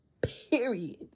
period